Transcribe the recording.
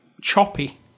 choppy